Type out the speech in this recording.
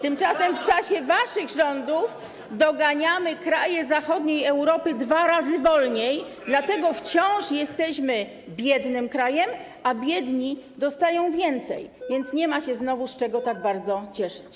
Tymczasem w czasie waszych rządów doganiamy kraje Zachodniej Europy dwa razy wolniej, dlatego wciąż jesteśmy biednym krajem, a biedni dostają więcej, więc nie ma się znowu z czego tak bardzo cieszyć.